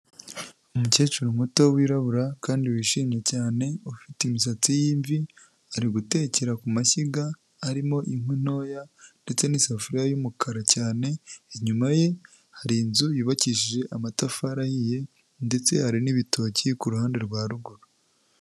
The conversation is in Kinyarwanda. Umukecuru muto wirabura kandi wishimye cyane ufite imisatsi yimvi, ari gutekera ku mashyiga arimo inkwi ntoya ndetse n'isafuriya y'umukara cyane, inyuma ye hari inzu yubakishije amatafari ahiye ndetse hari n'ibitoki ku ruhande rwa ruguru.